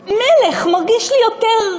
מלך, מרגיש לי יותר,